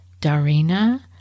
Darina